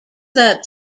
that